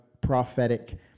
prophetic